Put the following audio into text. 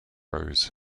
rows